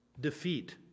defeat